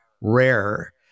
rare